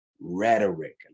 rhetoric